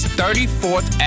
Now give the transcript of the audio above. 34th